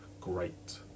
great